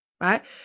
right